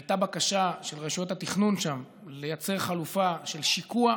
הייתה בקשה של רשויות התכנון שם לייצר חלופה של שיקוע,